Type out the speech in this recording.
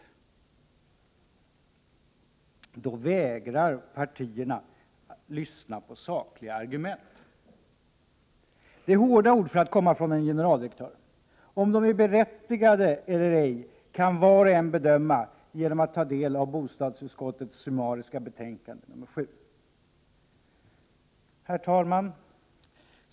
Då vägrar partierna lyssna på sakliga argument.” Det är hårda ord för att komma från en generaldirektör. Om de är berättigade eller ej kan var och en bedöma genom att ta del av bostadsutskottets summariska betänkande nr 7. Herr talman!